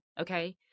okay